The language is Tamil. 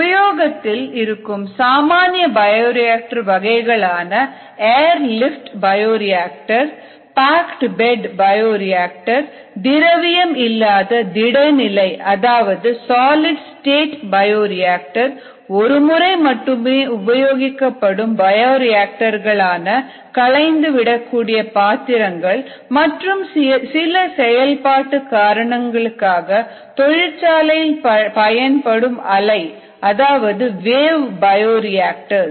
உபயோகத்தில் இருக்கும் சாமானிய பயோரியாக்டர் வகைகளான air lift bioreactor packed bed bioreactor திரவியம் இல்லாத திட நிலை அதாவது சாலிட் ஸ்டேட் பயோரியாக்டர் ஒருமுறை மட்டுமே உபயோகப்படும் பயோரியாக்டர்களான களைந்து விடக்கூடிய பாத்திரங்கள் மற்றும் சில செயல்பாட்டு காரணங்களுக்காக தொழிற்சாலையில் பயன்படும் அலை அல்லது வேவ் பயோரியாக்டர்ஸ்